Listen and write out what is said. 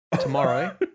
Tomorrow